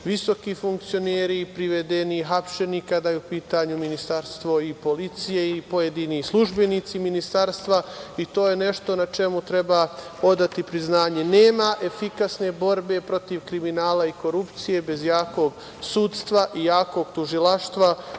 određeni funkcioneri privedeni, hapšeni kada je u pitanju ministarstvo i policija i pojedini službenici ministarstva i to je nešto na čemu treba odati priznanje. Nema efikasne borbe protiv kriminala i korupcije bez jakog sudstva i jakog tužilaštva